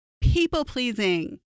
People-pleasing